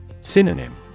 Synonym